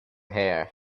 hair